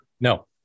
No